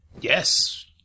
Yes